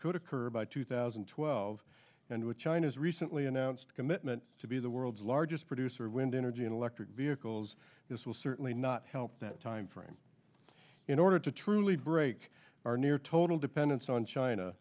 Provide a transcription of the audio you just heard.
could occur by two thousand and twelve and with china's recently announced commitment to be the world's largest producer of wind energy and electric vehicles this will certainly not help that time frame in order to truly break our near total dependence on china